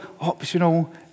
optional